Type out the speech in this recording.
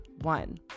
one